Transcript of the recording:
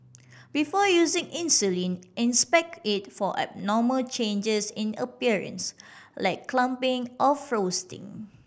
before using insulin inspect it for abnormal changes in appearance like clumping or frosting